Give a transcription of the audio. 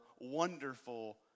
wonderful